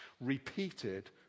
repeated